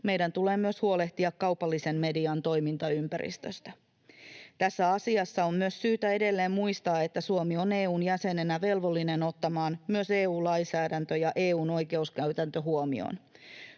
meidän tulee myös huolehtia kaupallisen median toimintaympäristöstä. Tässä asiassa on myös syytä edelleen muistaa, että Suomi on EU:n jäsenenä velvollinen ottamaan myös EU-lainsäädännön ja EU-oikeuskäytännön huomioon.